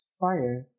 fire